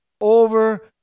over